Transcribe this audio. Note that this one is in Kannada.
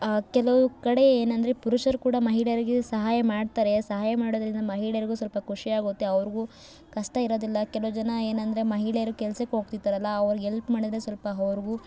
ಕೆಲವು ಕಡೆ ಏನಂದರೆ ಪುರುಷರು ಕೂಡ ಮಹಿಳೆಯರಿಗೆ ಸಹಾಯ ಮಾಡ್ತಾರೆ ಸಹಾಯ ಮಾಡೋದರಿಂದ ಮಹಿಳೆಯರಿಗೂ ಸ್ವಲ್ಪ ಖುಷಿಯಾಗುತ್ತೆ ಅವ್ರಿಗೂ ಕಷ್ಟ ಇರೋದಿಲ್ಲ ಕೆಲವು ಜನ ಏನಂದರೆ ಮಹಿಳೆಯರು ಕೆಲ್ಸಕ್ಕೆ ಹೋಗ್ತಿರ್ತಾರಲ್ಲ ಅವ್ರಿಗೆ ಎಲ್ಪ್ ಮಾಡಿದರೆ ಸ್ವಲ್ಪ ಅವ್ರ್ಗೂ